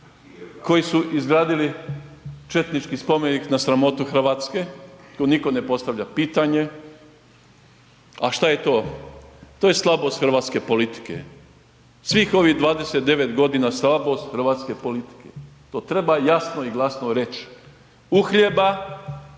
koji su izgradili četnički spomenik na sramotu RH, tu niko ne postavlja pitanje, a šta je to? To je slabost hrvatske politike, svih ovih 29.g. slabost hrvatske politike, to treba jasno i glasno reć. Uhljeba